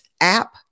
app